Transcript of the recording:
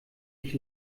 ich